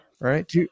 Right